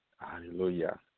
Hallelujah